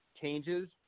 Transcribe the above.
changes